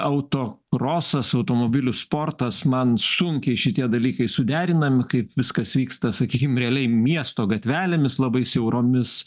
autokrosas automobilių sportas man sunkiai šitie dalykai suderinami kaip viskas vyksta sakykim realiai miesto gatvelėmis labai siauromis